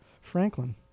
Franklin